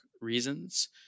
reasons